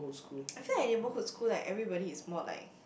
I feel like neighbourhood school like everybody is more like